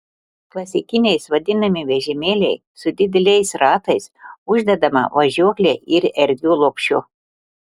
klasikiniais vadinami vežimėliai su dideliais ratais uždedama važiuokle ir erdviu lopšiu